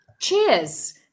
Cheers